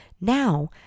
Now